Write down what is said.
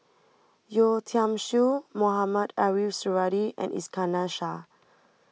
Yeo Tiam Siew Mohamed Ariff Suradi and Iskandar Shah